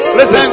Listen